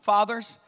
Fathers